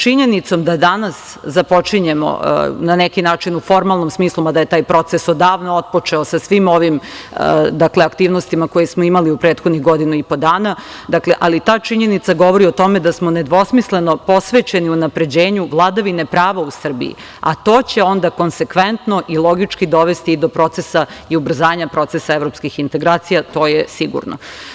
Činjenicom da danas započinjemo na neki način u formalnom smislu, mada je taj proces odavno otpočeo sa svim ovim aktivnostima koje smo imali u prethodnih godinu i po dana, ali ta činjenica govori o tome da smo nedvosmisleno posvećeni unapređenju vladavine prava u Srbiji, a to će onda konsekventno i logički dovesti i do procesa i ubrzanja procesa evropskih integracija, to je sigurno.